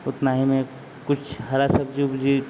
उतना ही में कुछ हरी सब्ज़ी उब्जी